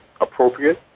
appropriate